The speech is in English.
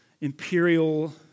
imperial